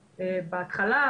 --- בהתחלה.